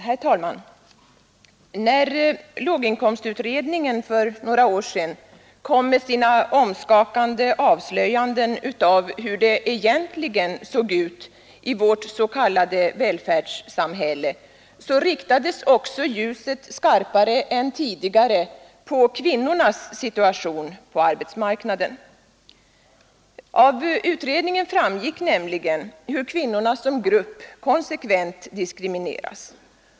Herr talman! När låginkomstutredningen för en tid sedan gjorde sina omskakande avslöjanden av hur det egentligen såg ut i vårt s.k. välfärdssamhälle riktades också ljuset skarpare än tidigare på kvinnornas situation på arbetsmarknaden. Av utredningen framgick nämligen hur kvinnorna som grupp konsekvent diskrimineras.